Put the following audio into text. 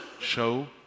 show